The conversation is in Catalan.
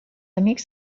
amics